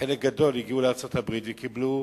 שחלק גדול הגיעו לארצות-הברית וקיבלו